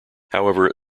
however